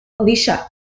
Alicia